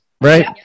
Right